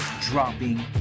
dropping